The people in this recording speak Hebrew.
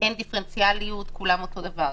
שאין דיפרנציאליות וכולם אותו הדבר.